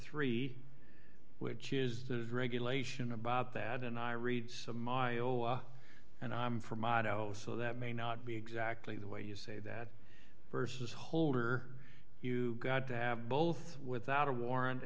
three which is the regulation about that and i read some and i'm from oddo so that may not be exactly the way you say that versus holder you got to have both without a warrant